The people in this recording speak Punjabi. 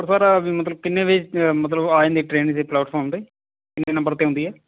ਹੋਰ ਸਰ ਵੀ ਮਤਲਬ ਕਿੰਨੇ ਵਜ੍ਹੇ ਮਤਲਬ ਆ ਜਾਂਦੀ ਟ੍ਰੇਨ ਇਸੇ ਪਲਾਟਫੋਰਮ 'ਤੇ ਕਿੰਨੇ ਨੰਬਰ 'ਤੇ ਆਉਂਦੀ ਹੈ